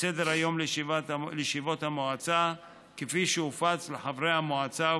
סדר-היום של ישיבות המועצה כפי שהופץ לחברי המועצה,